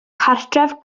cartref